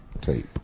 Tape